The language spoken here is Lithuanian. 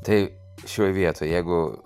tai šioj vietoj jeigu